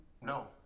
No